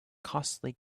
costly